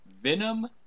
Venom